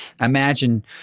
imagine